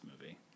movie